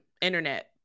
internet